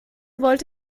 wollte